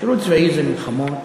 שירות צבאי זה מלחמות.